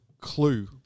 Clue